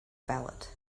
ballot